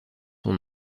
son